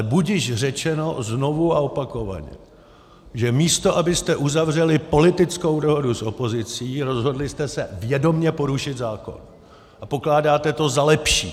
Ale budiž řečeno znovu a opakovaně, že místo abyste uzavřeli politickou dohodu s opozicí, rozhodli jste se vědomě porušit zákon a pokládáte to za lepší.